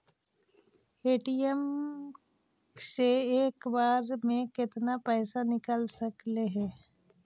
ATM से एक बार मे केतना पैसा निकल सकले हे?